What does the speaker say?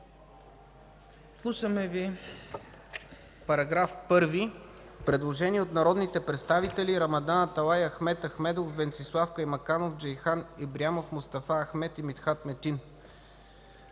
ДОБРЕВ: Параграф 1 – предложение от народните представители Рамадан Аталай, Ахмед Ахмедов, Венцислав Каймаканов, Джейхан Ибрямов, Мустафа Ахмед и Митхат Метин: